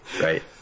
right